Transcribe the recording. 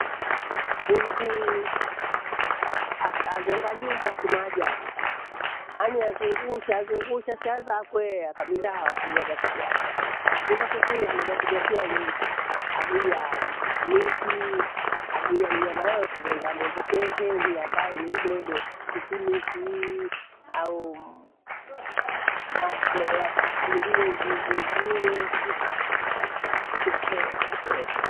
Buibui ak- azenga nyumba kimaajabu. Ani azungusha zungusha sia zakwee akabinda watu yaga tivyake. Kabinda kutuhia anaja tugetia nyumba aguiyaa nusii, anguiya mnyama yoyothe wenda amwipokehe hii ambaye ni mdodo sisimiziii, au ma- moroha bunduei umweziwe mmh! haya thielewa miena.